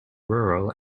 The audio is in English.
rural